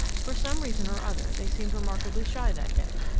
for some reason or other, they seemed remarkably shy that day.